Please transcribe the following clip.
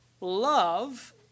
Love